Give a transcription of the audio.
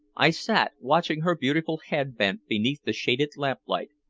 i sat watching her beautiful head bent beneath the shaded lamplight,